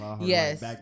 Yes